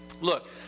Look